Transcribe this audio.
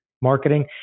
marketing